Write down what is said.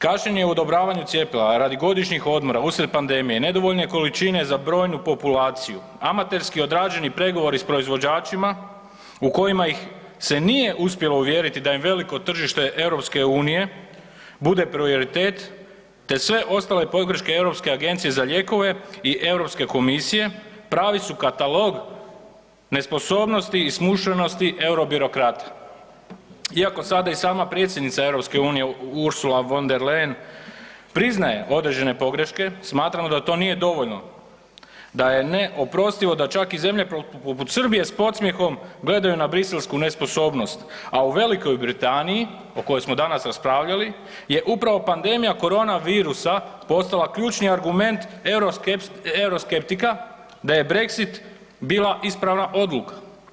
Kašnjenje u odobravanju cjepiva, a radi godišnjih odmora usred pandemije, nedovoljne količine za brojnu populaciju, amaterski odrađeni pregovori s proizvođačima u kojima ih se nije uspjelo uvjeriti da im veliko tržište EU bude prioritet te sve ostale pogreške Europske agencije za lijekove i EU komisije, pravi su katalog nesposobnosti i smušenosti eurobirokrata iako sada i sama predsjednica EU Ursula von del Leyen priznaje određene pogreške, smatramo da to nije dovoljno, da je neoprostivo da čak i zemlje poput Srbije s podsmjehom gledaju na briselsku nesposobnost, a u Velikoj Britaniji o kojoj smo danas raspravljali je upravo pandemija koronavirusa postala ključni argument euroskeptika da je Brexit bila ispravna odluka.